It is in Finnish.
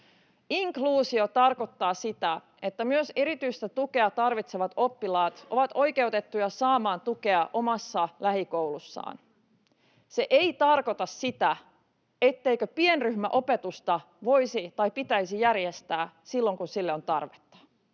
Inkluusio tarkoittaa sitä, että myös erityistä tukea tarvitsevat oppilaat ovat oikeutettuja saamaan tukea omassa lähikoulussaan. Se ei tarkoita sitä, etteikö pienryhmäopetusta voisi tai pitäisi järjestää silloin, kun sille on tarvetta.